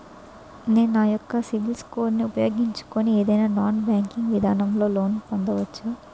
నేను నా యెక్క సిబిల్ స్కోర్ ను ఉపయోగించుకుని ఏదైనా నాన్ బ్యాంకింగ్ విధానం లొ లోన్ పొందవచ్చా?